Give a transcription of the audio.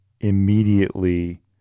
immediately